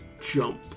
jump